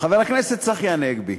חבר הכנסת צחי הנגבי,